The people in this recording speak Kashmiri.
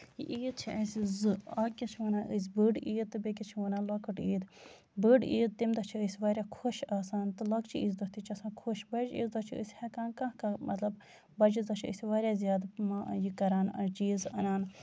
یہِ عیٖد چھِ اَسہِ زٕ أکِس چھِ وَنان أسۍ بٔڑ عیٖد تہٕ بیٚیہِ کِس چھِ وَنان لۄکٕٹ عیٖد بٔڑ عیٖد تَمہِ دۄہ چھِ أسۍ واریاہ خۄش آسان تہٕ لۄکچہِ عیٖز دۄہ تہِ چھِ آسان خۄش بَجہِ عیٖز دۄہ چھِ أسۍ ہٮ۪کان کانہہ کانہہ مطلب بَجہِ عیٖز دۄہ چھِ أسۍ واریاہ زیادٕ یہِ کران چیٖز اَنان